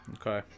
okay